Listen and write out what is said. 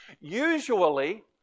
Usually